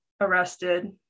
arrested